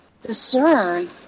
discern